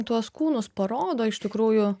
tuos kūnus parodo ištikrųjų